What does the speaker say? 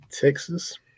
Texas